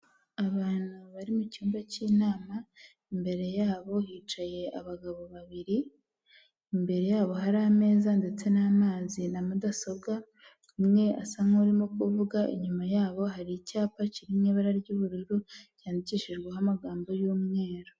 Abantu bari mu cyumba cy'inama imbere yabo hicaye abagabo babiri, imbere yabo hari ameza ndetse n'amazi na mudasobwa, umwe asa n'urimo kuvuga inyuma yabo hari icyapa kiriri mu ibara ry'ubururu cyandikishijweho amagambo y'umweru.